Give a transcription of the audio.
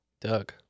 Doug